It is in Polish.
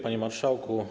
Panie Marszałku!